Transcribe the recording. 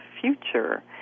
future